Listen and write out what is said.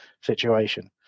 situation